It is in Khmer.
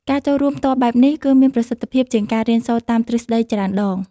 ការចូលរួមផ្ទាល់បែបនេះ គឺមានប្រសិទ្ធភាពជាងការរៀនសូត្រតាមទ្រឹស្តីច្រើនដង។